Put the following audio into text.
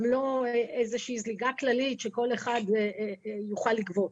גם לא איזושהי זליגה כללית שכל אחד יוכל לגבות.